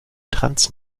trans